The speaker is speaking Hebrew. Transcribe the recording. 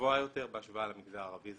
גבוה יותר בהשוואה למגזר הערבי.